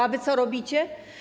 A wy co robicie?